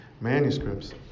manuscripts